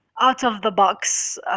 out-of-the-box